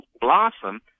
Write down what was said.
blossom